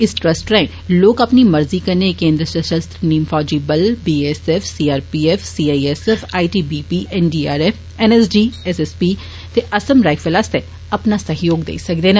इस ट्रस्ट राए लोक अपनी मर्जी कन्नै केन्द्र संषस्त्र नीम फौजी बल BSF CRPF CISF ITBP NDRF NSG SSP ते असम राइफल्ज़ आस्तै अपना सैह्योग देई सकदे न